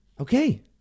Okay